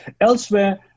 elsewhere